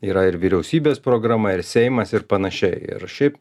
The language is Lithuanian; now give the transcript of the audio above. yra ir vyriausybės programa ir seimas ir panašiai ir šiaip